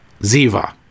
ziva